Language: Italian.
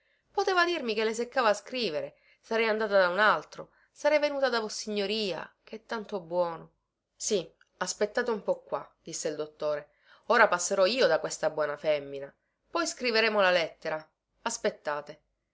poteva dirmi che le seccava scrivere sarei andata da un altro sarei venuta da vossignoria che è tanto buono sì aspettate un po qua disse il dottore ora passerò io da questa buona femmina poi scriveremo la lettera aspettate